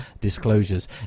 disclosures